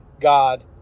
God